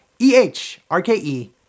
E-H-R-K-E